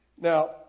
Now